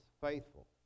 faithful